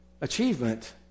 achievement